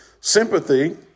Sympathy